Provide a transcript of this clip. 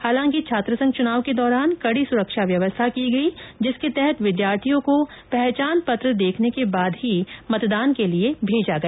हालांकि छात्रसंघ चुनाव के दौरान कड़ी सुरक्षा व्यवस्था की गई जिसके तहत विद्यार्थियों को पहचान पत्र देखने के बाद ही मेतदान के लिए भेजा गया